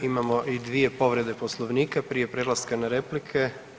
Imamo i dvije povrede Poslovnika prije prelaska na replike.